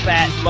Fat